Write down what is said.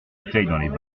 bouteilles